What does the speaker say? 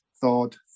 thought